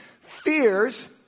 Fears